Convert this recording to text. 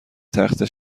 تخته